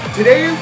Today